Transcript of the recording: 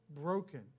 broken